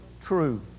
true